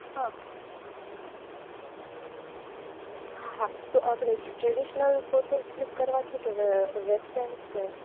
હ હા હા તો આપળે ટ્રેડિશનલ ફોટોસ ક્લિક કરવા છેકે વેસ્ટર્નસ કે